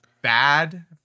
bad